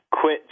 quit